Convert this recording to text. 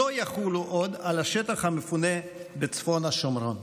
לא יחולו עוד על השטח המפונה בצפון השומרון.